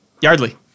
Yardley